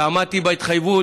ועמדתי בהתחייבות.